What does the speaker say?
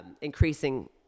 increasing